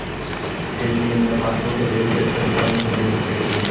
ATM या passbook के जरिये पैसे निकालने को डेबिट कहते हैं